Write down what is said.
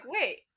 wait